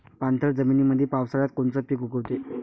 पाणथळ जमीनीमंदी पावसाळ्यात कोनचे पिक उगवते?